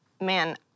man